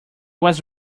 was